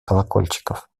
колокольчиков